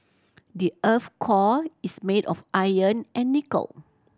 the earth's core is made of iron and nickel